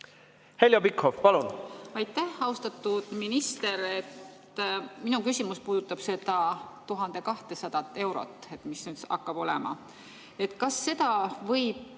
Heljo Pikhof, palun! Aitäh! Austatud minister! Minu küsimus puudutab seda 1200 eurot, mis nüüd hakkab olema. Kas seda võib